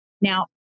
Now